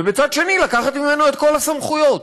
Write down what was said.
ובצד שני לקחת ממנו את כל הסמכויות.